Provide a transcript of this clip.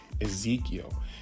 Ezekiel